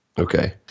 Okay